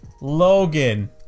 Logan